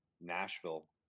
nashville